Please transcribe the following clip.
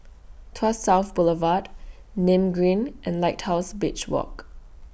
Tuas South Boulevard Nim Green and Lighthouse Beach Walk